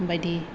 बायदि